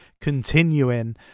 continuing